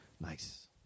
Nice